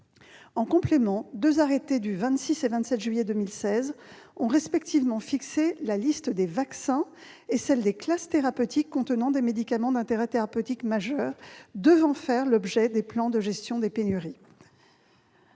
En complément, deux arrêtés des 26 et 27 juillet 2016 ont fixé la liste respectivement des vaccins et des classes thérapeutiques contenant des médicaments d'intérêt thérapeutique majeur devant faire l'objet de plans de gestion des pénuries.